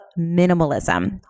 minimalism